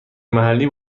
محلی